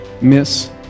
miss